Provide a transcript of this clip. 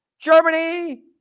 Germany